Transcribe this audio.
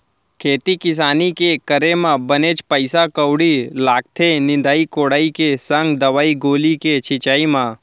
खेती किसानी के करे म बनेच पइसा कउड़ी लागथे निंदई कोड़ई के संग दवई गोली के छिंचाई म